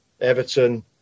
Everton